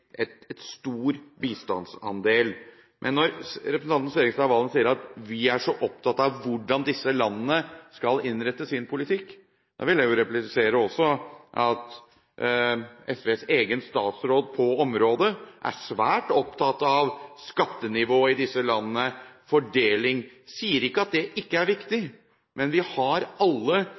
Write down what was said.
stor bistandsandel. Men når representanten Serigstad Valen sier at vi er så opptatt av hvordan disse landene skal innrette sin politikk, vil jeg replisere at SVs egen statsråd på området er svært opptatt av skattenivå i disse landene, av fordeling. Jeg sier ikke at det ikke er viktig, men vi har alle